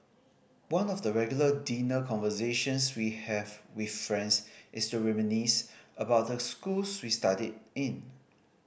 one of the regular dinner conversations we have with friends is to reminisce about the schools we studied in